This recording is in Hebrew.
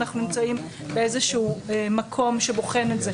שאנחנו נמצאים באיזשהו מקום שבוחן את זה.